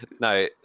No